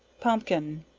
pompkin.